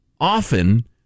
often